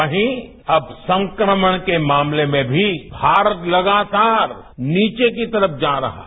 वहीं अब संक्रमण के मामले में भी भारत लगातार नीचे की तरफ जा रहा है